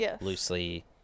loosely